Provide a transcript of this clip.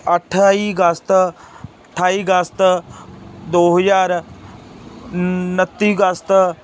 ਅਠਾਈ ਅਗਸਤ ਅਠਾਈ ਅਗਸਤ ਦੋ ਹਜ਼ਾਰ ਉਣੱਤੀ ਅਗਸਤ